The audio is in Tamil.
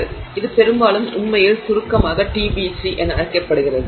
இது பெரும்பாலும் உண்மையில் சுருக்கமாக TBC என அழைக்கப்படுகிறது